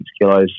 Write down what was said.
kilos